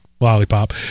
lollipop